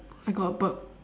I got a burp